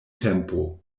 tempo